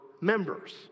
members